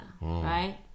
right